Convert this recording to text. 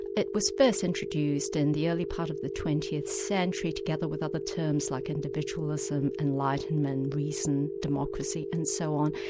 it was first introduced in the early part of the twentieth century, together with other terms like individualism, enlightenment, reason, democracy and so on,